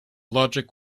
logic